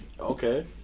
Okay